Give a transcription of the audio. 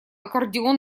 аккордеон